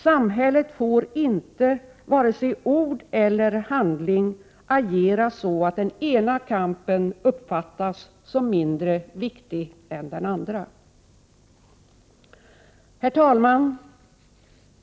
Samhället får inte vare sig i ord eller handling agera så att den ena kampen uppfattas som mindre viktig än den andra.” Herr talman!